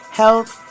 health